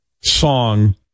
song